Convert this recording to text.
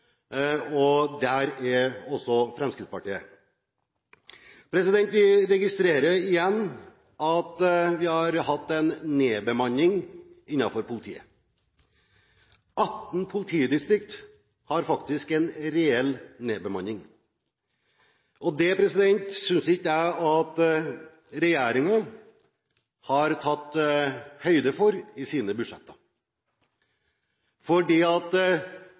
og der er Fremskrittspartiet. Vi registrerer igjen at vi har hatt en nedbemanning innenfor politiet. 18 politidistrikt har faktisk en reell nedbemanning. Det synes jeg ikke regjeringen har tatt høyde for i sine